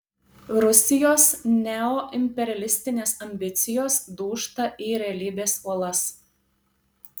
rusijos neoimperialistinės ambicijos dūžta į realybės uolas